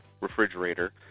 refrigerator